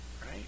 Right